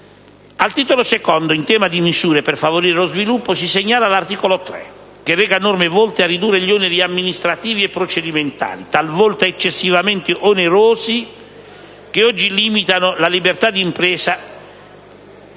Al Titolo II, in tema di misure per favorire lo sviluppo, si segnala l'articolo 3, che reca norme volte a ridurre gli oneri amministrativi e procedimentali, talvolta eccessivamente onerosi, che oggi limitano la libertà di impresa,